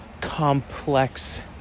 complex